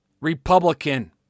Republican